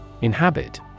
Inhabit